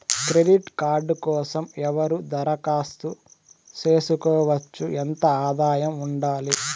Credit card కోసం ఎవరు దరఖాస్తు చేసుకోవచ్చు? ఎంత ఆదాయం ఉండాలి?